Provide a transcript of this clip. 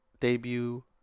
debut